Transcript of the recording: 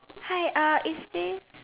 hi is this